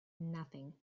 nothing